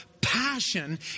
passion